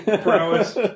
prowess